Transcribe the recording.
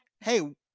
hey